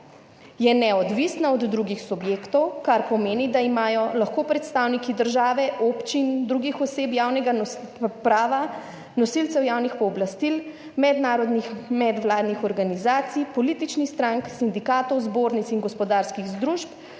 Je neodvisna od drugih subjektov, kar pomeni, da imajo lahko predstavniki države, občin, drugih oseb javnega prava, nosilcev javnih pooblastil, mednarodnih medvladnih organizacij, političnih strank, sindikatov, zbornic in gospodarskih združb